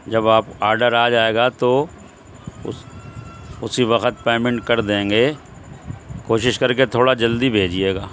جب آپ آڈر آ جائے گا تو اس اسی وقت پیمینٹ کر دیں گے کوشش کر کے تھوڑا جلدی بھجیے گا